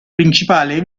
principale